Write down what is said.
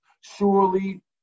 surely